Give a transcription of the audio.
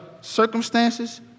circumstances